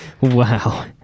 Wow